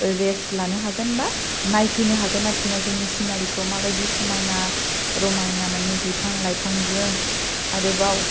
race लानो हागोन बा नायफैनो हागोन आरोखि ना जोंनि सिनारिखौ माबायदि समायना रमायना मानि बिफां लाइफांजों आरोबाव